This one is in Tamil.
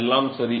எல்லாம் சரி